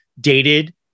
dated